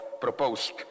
proposed